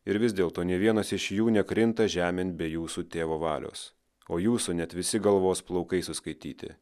ir vis dėlto nė vienas iš jų nekrinta žemėn be jūsų tėvo valios o jūsų net visi galvos plaukai suskaityti